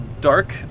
dark